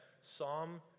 Psalm